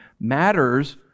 matters